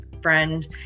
friend